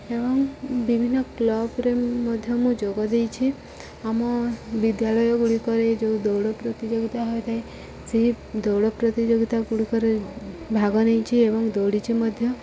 ଏବଂ ବିଭିନ୍ନ କ୍ଲବ୍ରେ ମଧ୍ୟ ମୁଁ ଯୋଗ ଦେଇଛି ଆମ ବିଦ୍ୟାଳୟଗୁଡ଼ିକରେ ଯେଉଁ ଦୌଡ଼ ପ୍ରତିଯୋଗିତା ହୋଇଥାଏ ସେହି ଦୌଡ଼ ପ୍ରତିଯୋଗିତାଗୁଡ଼ିକରେ ଭାଗ ନେଇଛି ଏବଂ ଦୌଡ଼ିଛି ମଧ୍ୟ